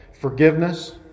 Forgiveness